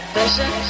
vision